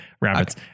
rabbits